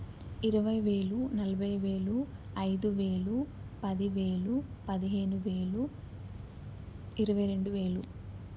ఇరవై వేలు నలభై వేలు ఐదు వేలు పదివేలు పదిహేను వేలు ఇరవై రెండు వేలు